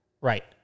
Right